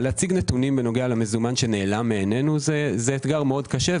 אבל להציג נתונים בנוגע למזומן שנעלם מעינינו זה אתגר מאוד קשה,